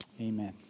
Amen